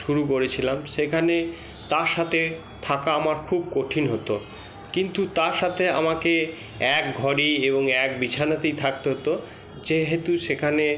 শুরু করেছিলাম সেখানে তার সাথে থাকা আমার খুব কঠিন হতো কিন্তু তার সাথে আমাকে এক ঘরেই এবং এক বিছানাতেই থাকতে হতো যেহেতু সেখানে